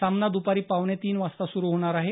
सामना दपारी पावणे तीन वाजता सुरू होणार आहे